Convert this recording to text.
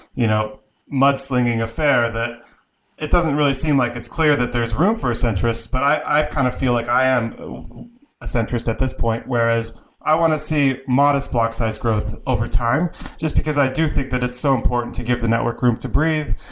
you know mudslinging affair that it doesn't really seem like it's clear that there's room for a centrist, but i kind of feel like i am a centrist at this point, whereas i want to see modest block size growth overtime just because i do think that it's so important to give the network room breathe,